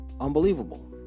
unbelievable